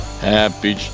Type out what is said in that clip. Happy